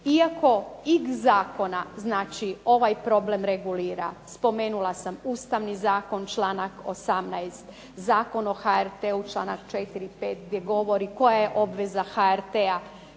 Iako x zakona ovaj problem regulira. Spomenula sam Ustavni zakon članak 18., Zakon o HRT-u članak 4., 5. koji govori koja je obveza HRT-a,